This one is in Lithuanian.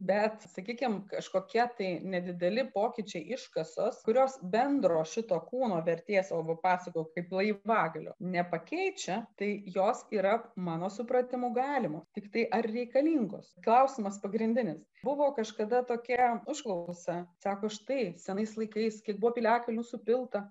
bet sakykim kažkokie tai nedideli pokyčiai iškasos kurios bendro šito kūno vertės va pasakojau kaip laivagalio nepakeičia tai jos yra mano supratimu galimos tiktai ar reikalingos klausimas pagrindinis buvo kažkada tokia užklausa sako štai senais laikais kai buvo piliakalnių supilta